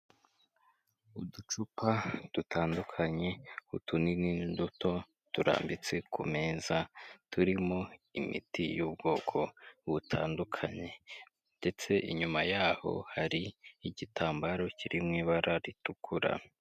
Uducupa dutandukanye utunini n'uduto turambitse ku meza turimo imiti y'ubwoko butandukanye ndetse inyuma yaho hari igitambaro kiri mu ibara ritukura.